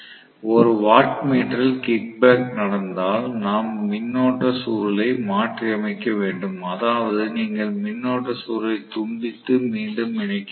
ஒரு வாட்மீட்டரில் kick back நடந்தால் நாம் மின்னோட்ட சுருளை மாற்றியமைக்க வேண்டும் அதாவது நீங்கள் மின்னோட்ட சுருளை துண்டித்து மீண்டும் இணைக்க வேண்டும்